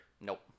Nope